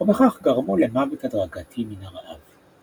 ובכך גרמו למוות הדרגתי מן הרעב.